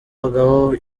bagabo